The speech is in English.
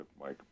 Mike